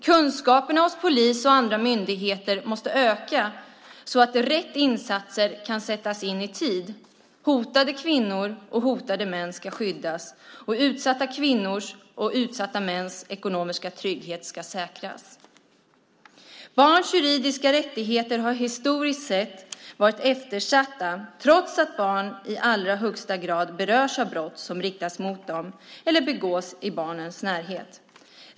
Kunskaperna hos polis och andra myndigheter måste öka så att rätt insatser kan sättas in i tid. Hotade kvinnor och hotade män ska skyddas. Utsatta kvinnors och utsatta mäns ekonomiska trygghet ska säkras. Barns juridiska rättigheter har historiskt sett varit eftersatta, trots att barn i allra högsta grad berörs av brott som riktas mot dem eller begås i barnens närhet.